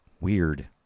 weird